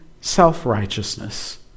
self-righteousness